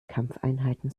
kampfeinheiten